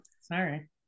Sorry